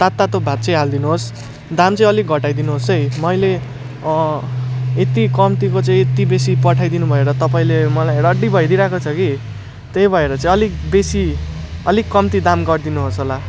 तात् तातो भात चाहिँ हालिदिनु होस् दाम चाहिँ अलिक घटाइदिनु होस् है मैले यति कम्तीको चाहिँ यति बेसी पठाइदिनु भएर तपाईँले मलाई रड्डी भइदिई रहेको छ कि त्यही भएर चाहिँ अलिक बेसी अलिक कम्ती दाम गरिदिनु होस् होला